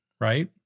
right